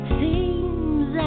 seems